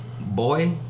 boy